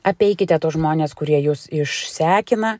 apeikite tuos žmones kurie jus išsekina